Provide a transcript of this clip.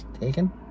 Taken